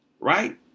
Right